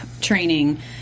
training